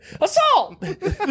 Assault